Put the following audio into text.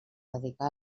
dedicà